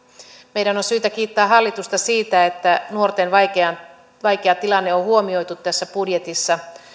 meidän on syytä kiittää hallitusta siitä että nuorten vaikea tilanne on on huomioitu tässä budjetissa